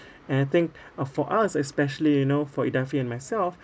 and I think uh for us especially you know for idafi and myself